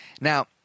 Now